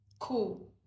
cool